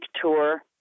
tour